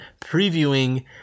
previewing